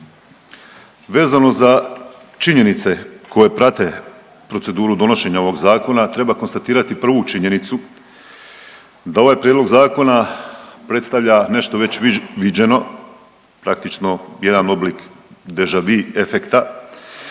Vezano za činjenice koje prate proceduru donošenja ovog Zakona, treba konstatirati prvu činjenicu da ovaj prijedlog zakona predstavlja nešto već viđeno, praktično jedan oblik deja vu efekta